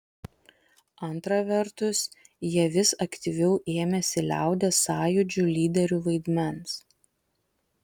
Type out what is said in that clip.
antra vertus jie vis aktyviau ėmėsi liaudies sąjūdžių lyderių vaidmens